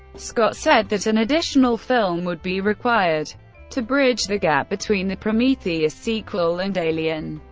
scott said that an additional film would be required to bridge the gap between the prometheus sequel and alien.